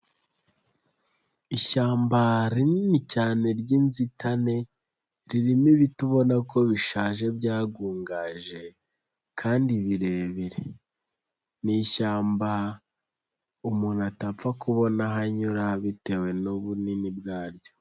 Ishyamba rinini cyane ry'inzitane, ririmo ibiti ubona ko bishaje byagugaje kandi birebire. Ni ishyamba umuntu atapfa kubona aho anyura bitewe n'ubunini bwaryo.